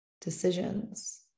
decisions